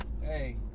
Hey